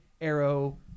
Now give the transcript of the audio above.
Arrow